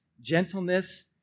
gentleness